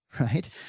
right